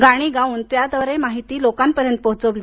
गाणी गाऊन त्याद्वारे माहिती लोकांपर्यंत पोहोचवली